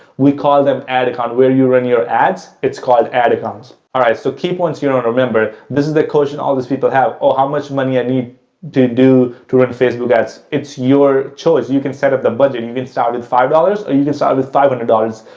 we call them ad account, where you run your ads, it's called ad accounts. alright, so key points you know to remember. this is the question all these people have, oh, how much money i need to do to run facebook ads? it's your choice, you can set up the budget. you can start with five dollars or you can start with five hundred dollars.